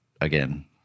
again